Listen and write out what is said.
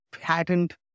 patent